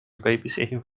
babysitting